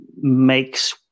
makes